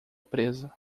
presa